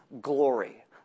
glory